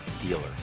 dealer